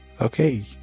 Okay